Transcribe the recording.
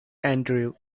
andrew